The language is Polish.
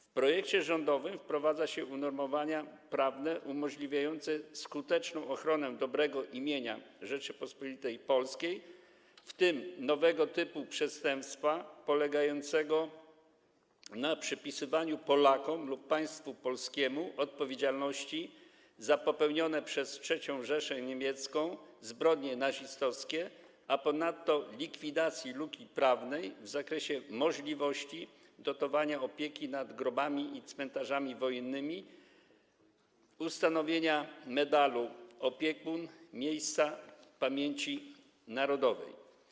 W projekcie rządowym wprowadza się unormowania prawne umożliwiające skuteczną ochronę dobrego imienia Rzeczypospolitej Polskiej, w tym dotyczące nowego typu przestępstwa polegającego na przypisywaniu Polakom lub państwu polskiemu odpowiedzialności za popełnione przez III Rzeszę Niemiecką zbrodnie nazistowskie, a ponadto likwidacji luki prawnej w zakresie możliwości dotowania opieki nad grobami i cmentarzami wojennymi, ustanowienia medalu „Opiekun Miejsc Pamięci Narodowej”